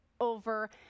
over